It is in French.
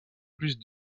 plus